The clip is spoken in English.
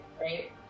right